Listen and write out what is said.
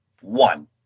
one